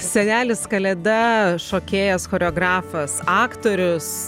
senelis kalėda šokėjas choreografas aktorius